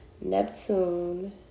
Neptune